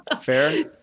Fair